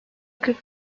kırk